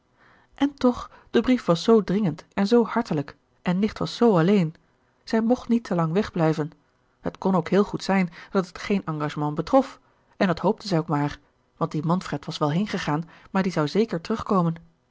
en toch de brief was zoo dringend en zoo hartelijk en nicht was zoo alleen zij mocht niet te lang wegblijven het kon ook heel goed zijn dat het geen engagement betrof en dat hoopte zij ook maar want die manfred was wel heengegaan maar die zou zeker